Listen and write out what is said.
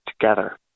together